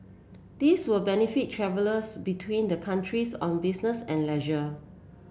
this will benefit travellers between the countries on business and leisure